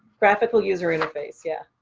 graphical user interface. yeah.